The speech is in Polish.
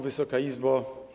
Wysoka Izbo!